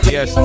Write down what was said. Yes